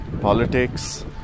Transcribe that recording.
politics